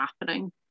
happening